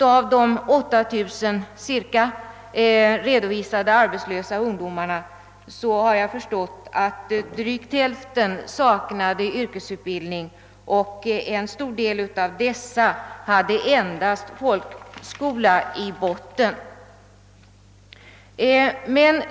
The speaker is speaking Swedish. Av de cirka 8000 redovisade arbetslösa ungdomarna har jag förstått att drygt hälften saknade yrkesutbildning, och en stor del av dessa hade endast folkskola i botten.